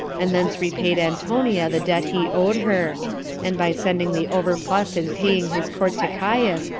and thence repaid antonia the debt he owed her and by sending the overplus in paying his court to caius,